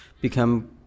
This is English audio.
become